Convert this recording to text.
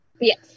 Yes